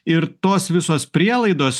ir tos visos prielaidos